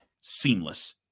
seamless